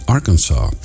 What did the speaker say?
Arkansas